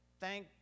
Thank